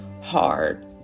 hard